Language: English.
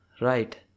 right